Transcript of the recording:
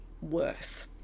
worse